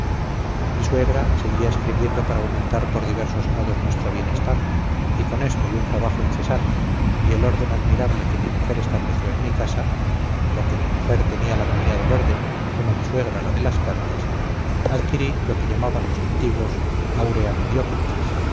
mi suegra seguía escribiendo para aumentar por diversos modos nuestro bienestar y con esto y un trabajo incesante y el orden admirable que mi mujer estableció en mi casa porque mi mujer tenía la manía del orden como mi suegra la de las cartas adquirí lo que llamaban los antiguos aurea mediocritas